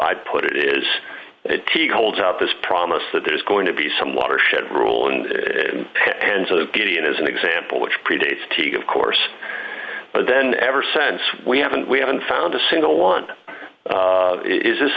i'd put it is that t holds out this promise that there is going to be some watershed rule and and so the gideon is an example which predates t v of course but then ever sense we haven't we haven't found a single one is this